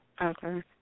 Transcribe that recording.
Okay